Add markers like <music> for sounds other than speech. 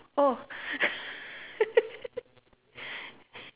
oh <laughs>